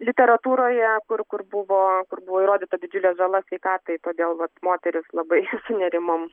literatūroje kur kur buvo kur buvo įrodyta didžiulė žala sveikatai todėl vat moterys labai sunerimom